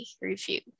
review